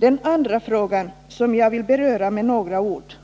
Den andra fråga som jag vill beröra med några ord